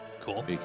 Cool